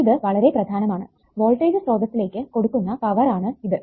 ഇത് വളരെ പ്രധാനമാണ് വോൾടേജ് സ്രോതസ്സിലേക്ക് കൊടുക്കുന്ന പവർ ആണ് ഇത്